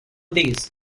these